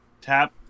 tap